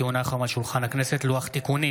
כי הונח היום על שולחן הכנסת לוח תיקונים